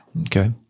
Okay